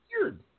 weird